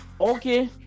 okay